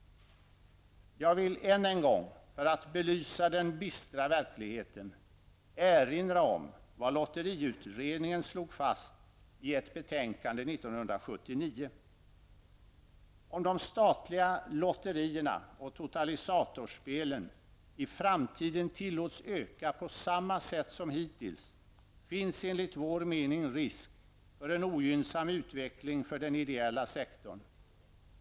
För att belysa den bistra verkligheten vill jag än en gång erinra om vad lotteriutredningen slog fast i ett betänkande 1979: ''Om de statliga lotterierna och totalisatorspelen i framtiden tillåts öka på samma sätt som hittills finns enligt vår mening risk för en ogynnsam utveckling för den ideella sektorn.